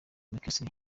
mckinstry